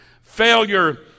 Failure